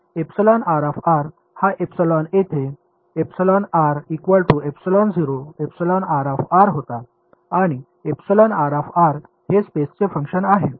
हा इप्सिलॉन येथे होता आणि हे स्पेसचे फंक्शन आहे